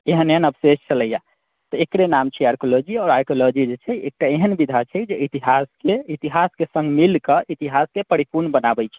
एहन एहन अवशेष छलै तऽ एकरे नाम छी आर्कलॉजी आओर आर्कलॉजी जे छै एकटा एहन विधा छै जे इतिहासके इतिहासके सङ्ग मिलकऽ इतिहासके परिपूर्ण बनाबैत छै